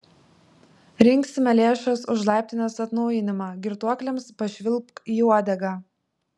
rinksime lėšas už laiptinės atnaujinimą girtuokliams pašvilpk į uodegą